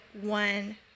one